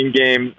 game